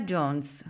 Jones